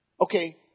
Okay